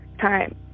time